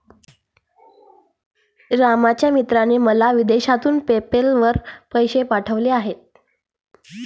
रामच्या मित्राने मला विदेशातून पेपैल वर पैसे पाठवले आहेत